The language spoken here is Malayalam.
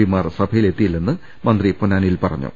പിമാർ സഭയിൽ എത്തി യില്ലെന്ന് മന്ത്രി പൊന്നാനിയിൽ പറഞ്ഞു